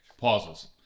Pauses